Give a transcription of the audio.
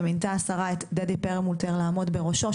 ומינתה השרה את דדי פרלמוטר לעמוד בראשו.